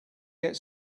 get